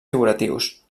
figuratius